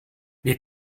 wir